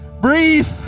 breathe